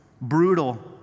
brutal